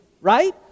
Right